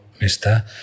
mister